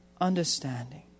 understanding